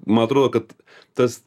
man atrodo kad tas